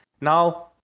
Now